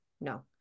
No